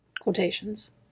Quotations